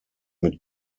mit